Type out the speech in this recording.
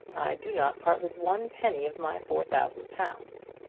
do not part with one penny of my four thousand pounds!